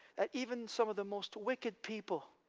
that even some of the most wicked people